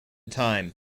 time